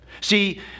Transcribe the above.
See